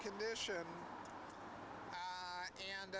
condition and